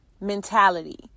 mentality